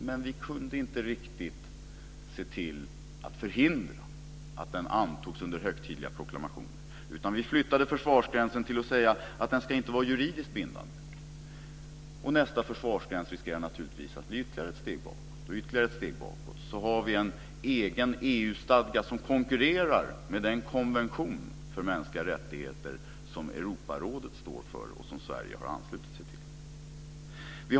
Men vi kunde inte riktigt förhindra att den antogs under högtidliga proklamationer, utan vi flyttade försvarsgränsen och sade att den inte ska vara juridiskt bindande. Nästa försvarsgräns blir naturligtvis att ta ytterligare ett steg bakåt. Då får vi en egen EU-stadga som konkurrerar med den konvention för mänskliga rättigheter som Europarådet står för och som Sverige har anslutit sig till.